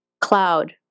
cloud